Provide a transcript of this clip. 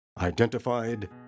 identified